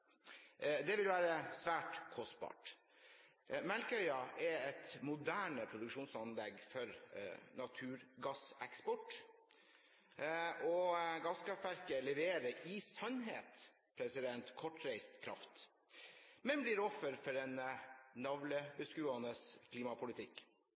vil være svært kostbart. Melkøya er et moderne produksjonsanlegg for naturgasseksport. Gasskraftverket leverer i sannhet kortreist kraft, men blir offer for